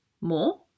more